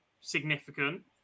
significant